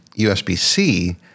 USB-C